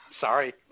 Sorry